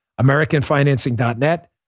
Americanfinancing.net